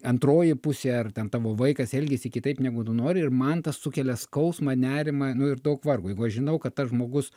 antroji pusė ar ten tavo vaikas elgiasi kitaip negu tu nori ir man tas sukelia skausmą nerimą nu ir daug vargo jeigu aš žinau kad tas žmogus